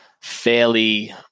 fairly